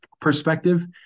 perspective